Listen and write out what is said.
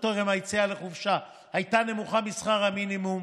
טעם היציאה לחופשה הייתה נמוכה משכר המינימום,